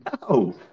No